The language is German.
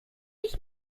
ich